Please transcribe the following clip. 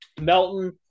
Melton